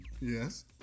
Yes